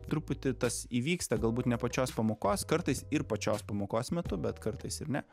truputį tas įvyksta galbūt ne pačios pamokos kartais ir pačios pamokos metu bet kartais ir ne